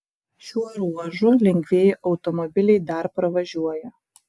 šiuo ruožu lengvieji automobiliai dar pravažiuoja